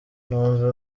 numva